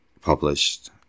published